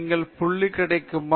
நீங்கள் புள்ளி கிடைக்குமா